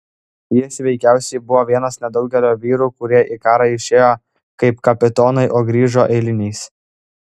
jis veikiausiai buvo vienas nedaugelio vyrų kurie į karą išėjo kaip kapitonai o grįžo eiliniais